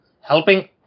helping